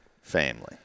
family